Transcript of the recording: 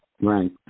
Right